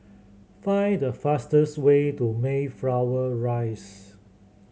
find the fastest way to Mayflower Rise